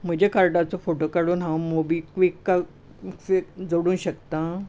म्हज्या कार्डाचो फोटो काडून हांव मोबीक्विकाक जोडूं शकतां